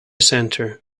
center